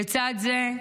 לצד זה,